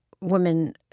women